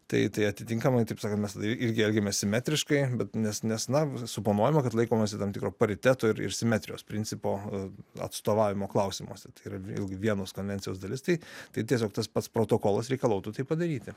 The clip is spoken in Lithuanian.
tai tai atitinkamai taip sakant mes irgi elgėmės simetriškai bet nes nes na suponuojama kad laikomasi tam tikro pariteto ir simetrijos principo atstovavimo klausimuose tai yra vėlgi vienos konvencijos dalis tai tai tiesiog tas pats protokolas reikalautų tai padaryti